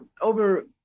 over